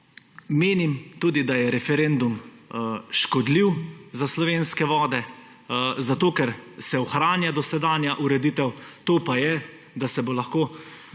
Menim tudi, da je referendum škodljiv za slovenske vode zato, ker se ohranja dosedanja ureditev, to pa je, da se bodo lahko